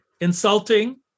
insulting